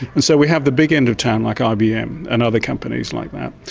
and so we have the big end of town like ibm and other companies like that,